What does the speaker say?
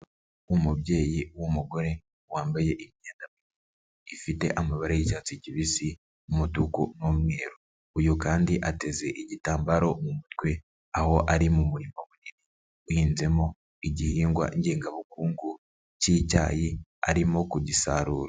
Umubyeyi w'umugore wambaye imyenda ifite amabara y'icyatsi kibisi, umutuku n'umweru. Uyu kandi ateze igitambaro mu mutwe aho ari mu murima uhinzemo igihingwa ngengabukungu k'icyayi arimo kugisarura.